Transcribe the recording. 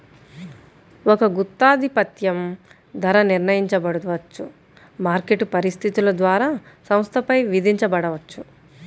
ఒక గుత్తాధిపత్యం ధర నిర్ణయించబడవచ్చు, మార్కెట్ పరిస్థితుల ద్వారా సంస్థపై విధించబడవచ్చు